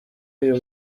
uyu